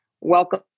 welcome